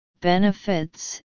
benefits